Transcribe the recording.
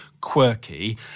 quirky